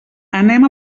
anem